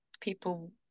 people